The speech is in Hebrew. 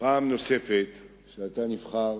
פעם נוספת שאתה נבחר